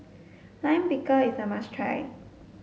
Lime Pickle is a must try